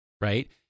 right